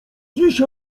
dziś